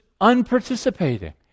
unparticipating